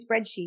spreadsheet